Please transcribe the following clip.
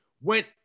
went